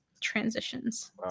transitions